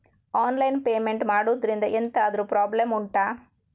online payment ಮಾಡುದ್ರಿಂದ ಎಂತಾದ್ರೂ problem ಉಂಟಾ